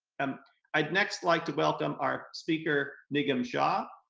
um i'd next like to welcome our speaker nigam shah.